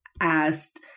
asked